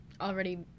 already